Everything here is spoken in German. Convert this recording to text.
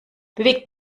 bewegt